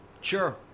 Sure